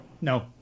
No